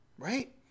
Right